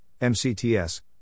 MCTS